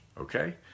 Okay